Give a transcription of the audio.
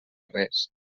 res